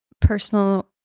personal